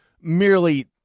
Merely